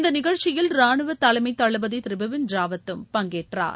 இந்த நிகழ்ச்சியில் ராணுவ தலைமை தளபதி திரு பிபின் ராவத்தும் பங்கேற்றார்